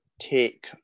take